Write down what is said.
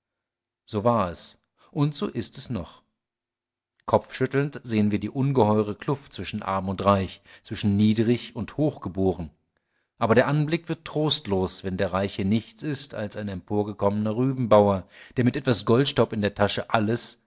so war es und so ist es noch kopfschüttelnd sehen wir die ungeheure kluft zwischen arm und reich zwischen niedrig und hochgeboren aber der anblick wird trostlos wenn der reiche nichts ist als ein emporgekommener rübenbauer der mit etwas goldstaub in der tasche alles